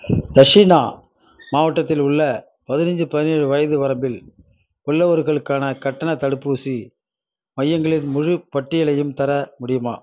தக்ஷிணா மாவட்டத்தில் உள்ள பதினஞ்சு பதினேழு வயது வரம்பில் உள்ளவர்களுக்கான கட்டணத் தடுப்பூசி மையங்களின் முழுப் பட்டியலையும் தர முடியுமா